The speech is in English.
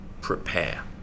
prepare